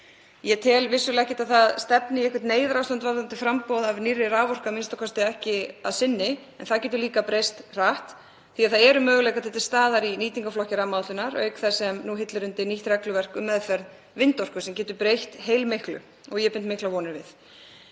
Ég tel vissulega ekki að það stefni í eitthvert neyðarástand varðandi framboð á nýrri raforku, a.m.k. ekki að sinni, en það getur líka breyst hratt því að það eru möguleikar til staðar í nýtingarflokki rammaáætlunar auk þess sem nú hillir undir nýtt regluverk um meðferð vindorku sem getur breytt heilmiklu og ég bind miklar vonir við.